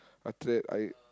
after that I